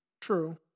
True